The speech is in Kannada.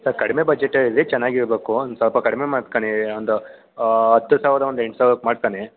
ಸರ್ ಕಡಿಮೆ ಬಜೆಟ್ ಅಲ್ಲಿ ಚೆನ್ನಾಗಿ ಇರಬೇಕು ಒಂದು ಸ್ವಲ್ಪ ಕಡಿಮೆ ಮಾಡ್ಕಣಿ ಒಂದು ಹತ್ತು ಸಾವಿರ ಒಂದು ಎಂಟು ಸಾವ್ರಕ್ ಮಾಡ್ಕಣಿ